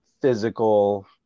physical